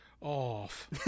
off